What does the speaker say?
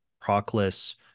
Proclus